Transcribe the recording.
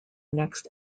next